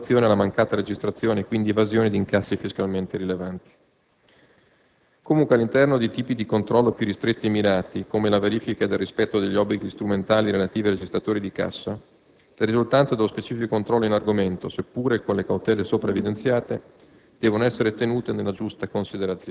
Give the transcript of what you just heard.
non riconnette automaticamente, quale unica motivazione, la mancata registrazione e quindi evasione di incassi, fiscalmente rilevanti. Comunque, all'interno di tipi di controllo più ristretti e mirati, come la verifica del rispetto degli obblighi strumentali relativi ai registratori di cassa, le risultanze dello specifico controllo in argomento, seppur con le cautele sopra evidenziate,